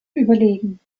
überlegen